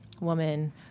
woman